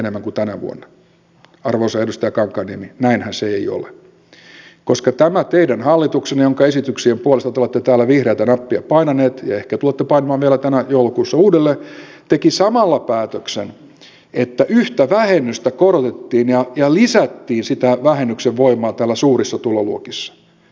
arvoisa edustaja kankaanniemi näinhän se ei ole koska tämä teidän hallituksenne jonka esityksien puolesta te olette täällä vihreätä nappia painanut ja ehkä tulette painamaan vielä joulukuussa uudelleen teki samalla päätöksen että yhtä vähennystä korotettiin ja lisättiin sitä vähennyksen voimaa suurissa tuloluokissa